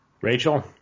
Rachel